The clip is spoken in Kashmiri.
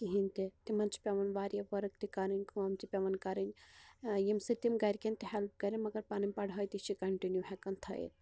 کِہیٖنۍ تہِ تمن چھ پیٚوان واریاہ ؤرک تہِ کَرٕن کٲم تہِ پیٚوان کَرٕنۍ یمہ سۭتۍ تم گَرکیٚن تہِ ہیٚلپ کَرن مگر پَنن پَڑھٲے تہِ چھِ کنٹِنیو ہیکان تھٲیِتھ